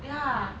ya